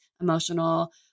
emotional